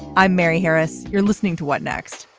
i'm mary harris. you're listening to what next.